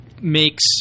makes